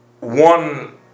one